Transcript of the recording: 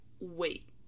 wait